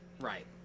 right